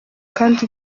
kandi